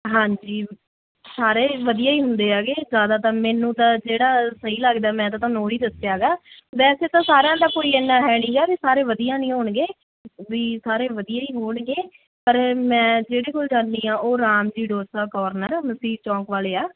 ਹਾਂਜੀ ਸਾਰੇ ਹੀ ਵਧੀਆ ਹੁੰਦੇ ਹੈਗੇ ਜ਼ਿਆਦਾ ਤਾਂ ਮੈਨੂੰ ਤਾਂ ਜਿਹੜਾ ਸਹੀ ਲੱਗਦਾ ਹੈ ਮੈਂ ਤਾਂ ਤੁਹਾਨੂੰ ਉਹ ਹੀ ਦੱਸਿਆ ਗਾ ਵੈਸੇ ਤਾਂ ਸਾਰਿਆਂ ਦਾ ਕੋਈ ਇੰਨਾ ਹੈ ਨਹੀਂ ਗਾ ਕੋਈ ਸਾਰੇ ਵਧੀਆ ਨਹੀਂ ਹੋਣਗੇ ਵੀ ਸਾਰੇ ਵਧੀਆ ਹੀ ਹੋਣਗੇ ਪਰ ਮੈਂ ਜਿਹੜੇ ਕੋਲ ਜਾਂਦੀ ਹਾਂ ਉਹ ਰਾਮ ਜੀ ਡੋਸਾ ਕੋਰਨਰ ਮਸੀਤ ਚੌਂਕ ਵਾਲੇ ਆ